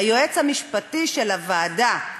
היועץ המשפטי של הוועדה,